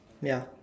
ya